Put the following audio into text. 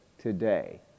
today